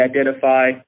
identify